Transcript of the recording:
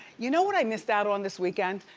you know what i missed out on this weekend?